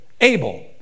Abel